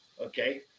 okay